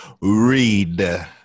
read